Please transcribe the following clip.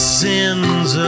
sins